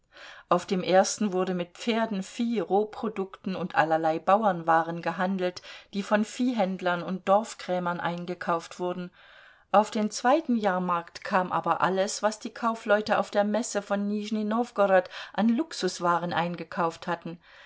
auf dem ersten wurde mit pferden vieh rohprodukten und allerlei bauernwaren gehandelt die von viehhändlern und dorfkrämern eingekauft wurden auf den zweiten jahrmarkt kam aber alles was die kaufleute auf der messe von nishnij nowgorod an luxuswaren eingekauft hatten